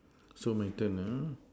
so my turn uh